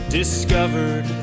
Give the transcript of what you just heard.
discovered